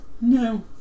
no